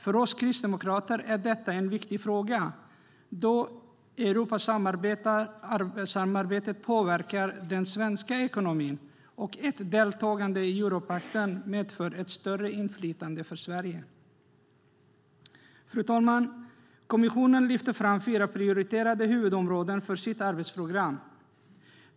För oss kristdemokrater är detta en viktig fråga då Europasamarbetet påverkar den svenska ekonomin och ett deltagande i europakten medför ett större inflytande för Sverige. Fru talman! Kommissionen lyfter fram fyra prioriterade huvudområden för sitt arbetsprogram.